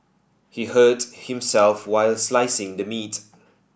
he hurt himself while slicing the meat